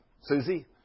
Susie